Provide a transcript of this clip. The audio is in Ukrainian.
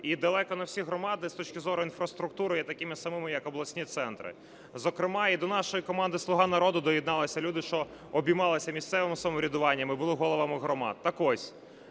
і далеко не всі громади з точки зору інфраструктури є такими самими, як обласні центри. Зокрема і до нашої команди "Слуга народу" доєдналися люди, що обіймалися місцевим самоврядуванням і були головами громад. Так ось,